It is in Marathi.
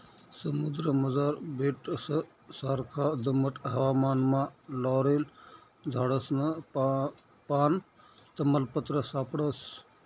समुद्रमझार बेटससारखा दमट हवामानमा लॉरेल झाडसनं पान, तमालपत्र सापडस